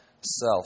self